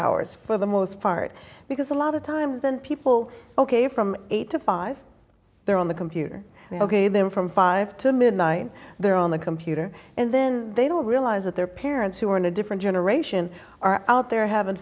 hours for the most part because a lot of times then people ok from eight to five there on the computer ok then from five to midnight they're on the computer and then they don't realize that their parents who are in a different generation are out there hav